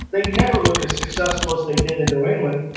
they never look as successful as they did in new england,